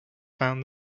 found